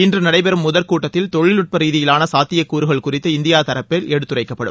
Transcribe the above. இன்று நடைபெறும் முதற்கூட்டத்தில் தொழில்நுட்ப ரீதியிலான சாத்தியக்கூறுகள் குறித்து இந்தியா தரப்பில் எடுத்துரைக்கப்படும்